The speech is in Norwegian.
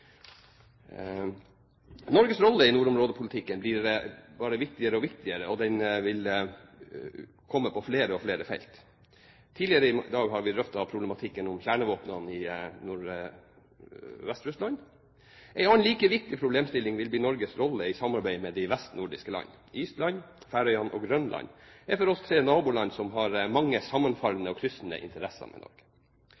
Norges rolle i nordområdepolitikken blir bare viktigere og viktigere på flere felt. Tidligere i dag drøftet vi problematikken om kjernevåpen i Nordvest-Russland. En annen like viktig problemstilling vil bli Norges rolle i samarbeidet med de vestnordiske landene. Island, Færøyene og Grønland er for oss tre naboland som har mange